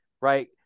right